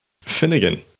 Finnegan